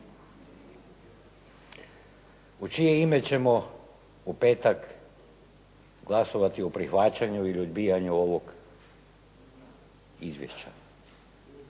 U čije ime ćemo u petak glasovati o prihvaćanju ili odbijanju ovog izvješća?